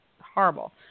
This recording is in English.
horrible